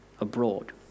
abroad